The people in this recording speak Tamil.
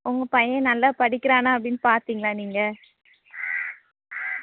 உங்கள் பையன் நல்லா படிக்கிறானா அப்படின்னு பார்த்திங்களா நீங்கள்